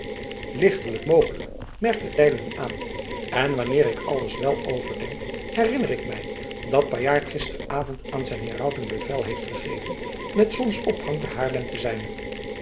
licht mogelijk merkte teylingen aan en wanneer ik alles wel overdenk herinner ik mij dat paypaert gisteravond aan zijn herauten bevel heeft gegeven met zonsopgang te haarlem te zijn